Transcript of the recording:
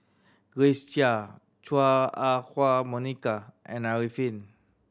Grace Chia Chua Ah Huwa Monica and Arifin